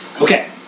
Okay